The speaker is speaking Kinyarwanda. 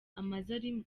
amaze